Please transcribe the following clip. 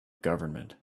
government